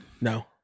No